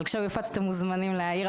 אבל כשיופץ אתם מוזמנים להעיר,